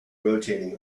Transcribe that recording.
rotating